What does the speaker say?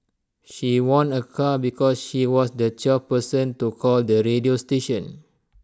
she won A car because she was the twelfth person to call the radio station